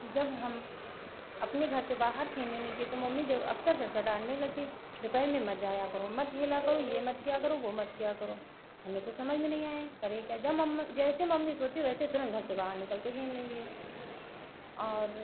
जब हम अपने घर से बाहर खेलने निकले तो मम्मी ज़रूर अक्सर करकर डाँटने लगती दोपहर में मत जाया करो मत खेला करो यह मत किया करो वह मत किया करो हमें कुछ समझ में नहीं आए करें क्या जब मम्मा जैसे मम्मी सोती वैसे तुरंत घर से बाहर निकलते खेलने के लिए और